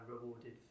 rewarded